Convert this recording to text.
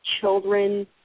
children